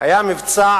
היה מבצע